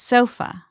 Sofa